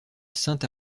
saint